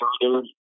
further